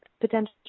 potential